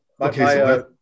Okay